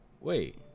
Wait